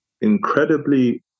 incredibly